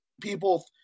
people